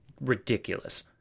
ridiculous